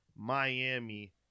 Miami